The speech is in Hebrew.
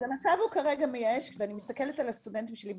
אז המצב הוא כרגע מייאש ואני מסתכלת על הסטודנטים שלי.